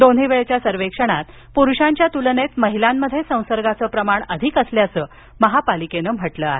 दोन्ही वेळच्या सर्वेक्षणात पुरुषांच्या तुलनेत महिलांमध्ये संसर्गाचे प्रमाण अधिक असल्याचे आढळल्याचं महापालिकेनं म्हटलं आहे